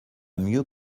mieux